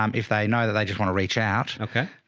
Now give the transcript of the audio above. um if they know that they just want to reach out. okay.